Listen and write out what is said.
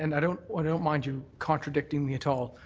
and i don't i don't mind you contradicting me at all.